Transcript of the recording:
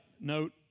note